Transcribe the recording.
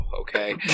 okay